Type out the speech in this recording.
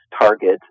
targets